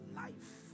life